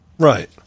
Right